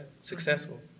successful